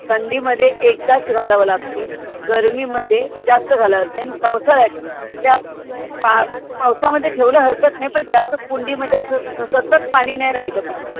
थंडीमध्ये एकदाच घालावं लागते गरमीमध्ये जास्त घालावं लागते आणि पावसाळयात त्या पाव पावसामध्ये ठेवलं हरकत नाही पण जास्त कुंडीमध्ये असं सतत पाणी नाही राहिलं पाहिजे